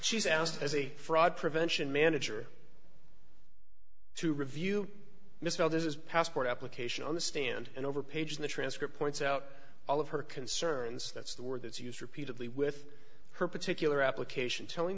asked as a fraud prevention manager to review mr oh this is passport application on the stand and over page in the transcript points out all of her concerns that's the word that's used repeatedly with her particular application telling